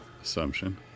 Assumption